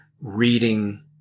reading